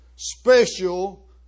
special